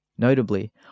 Notably